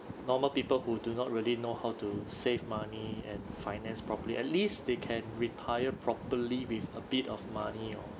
normal people who do not really know how to save money and finance properly at least they can retire properly with a bit of money or